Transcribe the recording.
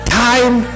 time